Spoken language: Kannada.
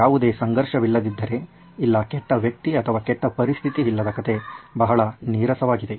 ಯಾವುದೇ ಸಂಘರ್ಷವಿಲ್ಲದಿದ್ದರೆ ಇಲ್ಲ ಕೆಟ್ಟ ವ್ಯಕ್ತಿ ಅಥವಾ ಕೆಟ್ಟ ಪರಿಸ್ಥಿತಿ ಇಲ್ಲದ ಕಥೆ ಬಹಳ ನೀರಸವಾಗಿದೆ